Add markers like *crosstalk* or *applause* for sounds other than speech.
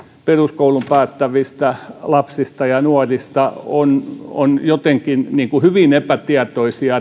peruskoulun päättävistä lapsista ja nuorista on on jotenkin hyvin epätietoisia *unintelligible*